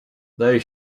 they